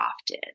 often